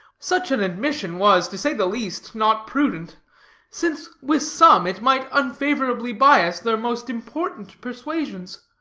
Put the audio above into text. such an admission was, to say the least, not prudent since, with some, it might unfavorably bias their most important persuasions.